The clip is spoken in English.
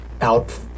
out